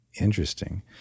interesting